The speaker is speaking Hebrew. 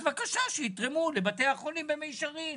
אז, בבקשה, שיתרמו לבתי החולים במישרין,